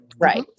Right